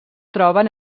troben